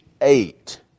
eight